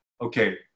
okay